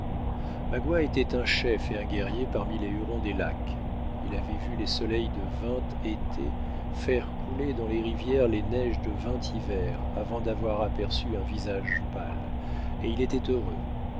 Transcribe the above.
magua était un chef et un guerrier parmi les hurons des lacs il avait vu les soleils de vingt étés faire couler dans les rivières les neiges de vingt hivers avant d'avoir aperçu un visage pâle et il était heureux